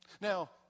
Now